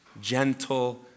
gentle